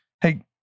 Hey